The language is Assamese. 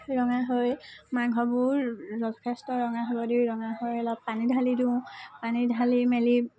ৰঙা হৈ মাংসবোৰ যথেষ্ট ৰঙা হ'ব দিওঁ ৰঙা হৈ অলপ পানী ঢালি দিওঁ পানী ঢালি মেলি